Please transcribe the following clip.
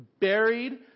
buried